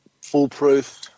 foolproof